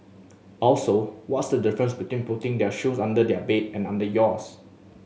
also what's the difference between putting their shoes under their bed and under yours